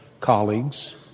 colleagues